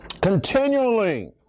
Continually